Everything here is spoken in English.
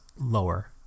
lower